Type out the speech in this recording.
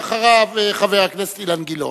ואחריו, חבר הכנסת אילן גילאון.